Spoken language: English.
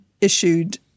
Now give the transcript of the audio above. issued